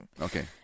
Okay